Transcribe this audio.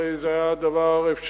הרי זה היה דבר אפשרי,